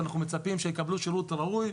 אנחנו מצפים שיקבלו שירות ראוי,